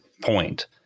point